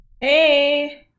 hey